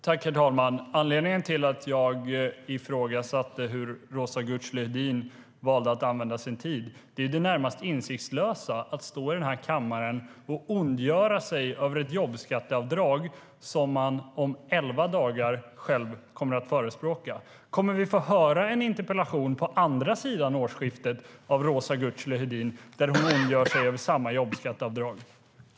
Herr talman! Anledningen till att jag ifrågasatte hur Roza Güclü Hedin valde att använda sin tid är det närmast insiktslösa att stå i kammaren och ondgöra sig över ett jobbskatteavdrag som Socialdemokraterna om elva dagar själva kommer att förespråka. Kommer vi att få höra en interpellation på andra sidan årsskiftet av Roza Güclü Hedin där hon ondgör sig över samma jobbskatteavdrag?